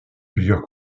plusieurs